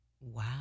wow